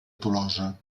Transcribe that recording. tolosa